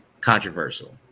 controversial